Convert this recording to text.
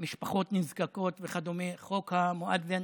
משפחות נזקקות וכדומה, חוק המואזין.